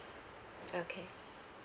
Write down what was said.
okay